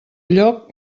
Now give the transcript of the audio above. lloc